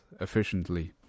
efficiently